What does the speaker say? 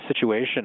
situation